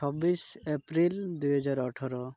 ଛବିଶି ଏପ୍ରିଲ ଦୁଇହଜାର ଅଠର